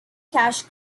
cash